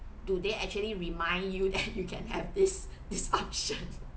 do they actually remind you that you can have this this function